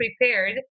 prepared